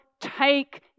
take